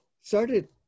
started